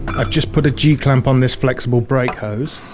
i've just put a g-clamp on this flexible brake hose